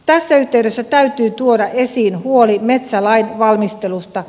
tässä yhteydessä täytyy tuoda esiin huoli metsälain valmistelusta